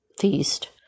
Feast